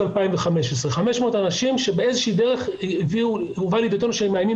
2015. 500 אנשים שבאיזו שהיא דרך הובא לידיעתנו שהם מאיימים